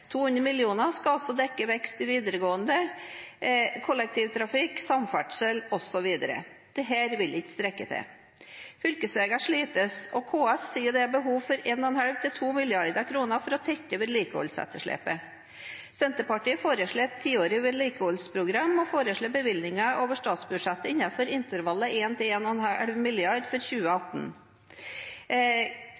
200 mill. kr skal altså dekke vekst i videregående, kollektivtrafikk, samferdsel osv. Dette vil ikke strekke til. Fylkesveier slites, og KS sier det er behov for 1,5 mrd. til 2 mrd. kr for å tette vedlikeholdsetterslepet. Senterpartiet foreslår et tiårig vedlikeholdsprogram og bevilgninger over statsbudsjettet innenfor intervallet 1 mrd.–1,5 mrd. kr for 2018. Hva er Kristelig Folkepartis vurderinger av KS’ beskrivelse av situasjonen for fylkesveiene? Og